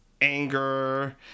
anger